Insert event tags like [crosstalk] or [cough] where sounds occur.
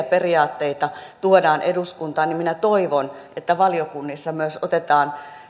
[unintelligible] periaatteita tuodaan eduskuntaan niin minä toivon että valiokunnissa myös otetaan